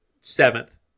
seventh